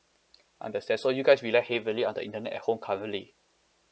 understand so you guys rely heavily on the internet at home currently